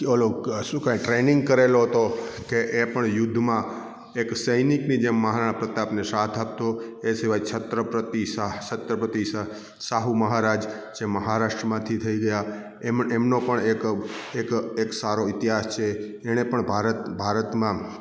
ઓલો ક શું કહેવાય ટ્રેનિંગ કરેલો હતો કે એ પણ યુદ્ધમાં એક સૈનિકની જેમ મહારાણા પ્રતાપને સાથ આપતો એ સિવાય છત્રપતિ સાહ છત્રપતિ સાહ સાહુ મહારાજ જે મહારાષ્ટ્રમાંથી થઈ ગયા એમનો પણ એક એક એક સારો ઈતિહાસ છે એને પણ ભારત ભારતમાં